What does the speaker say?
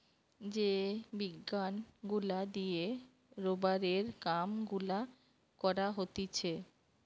যে বিজ্ঞান গুলা দিয়ে রোবারের কাম গুলা করা হতিছে